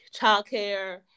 childcare